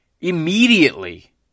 Immediately